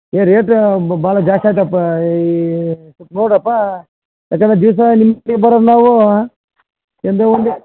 ಏ ರೇಟ್ ಭಾಳ ಜಾಸ್ತಿ ಆಯಿತಪ್ಪಾ ಈ ಸೊಲ್ಪ ನೋಡಿರಪ್ಪಾ ಯಾಕಂದರೆ ದಿವಸ ನಿಮ್ಮ ಬರೋದು ನಾವು